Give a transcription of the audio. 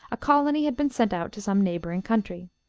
a colony had been sent out to some neighboring country.